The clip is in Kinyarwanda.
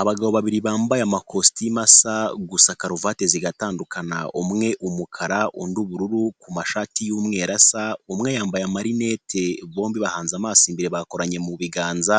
Abagabo babiri bambaye amakositimu asa gusa karuvate zigatandukana, umwe umukara undi ubururu ku mashati y'umweru asa, umwe yambaye amarinete, bombi bahanze amaso imbere bakoranye mu biganza